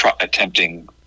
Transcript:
attempting